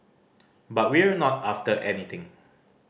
but we're not after anything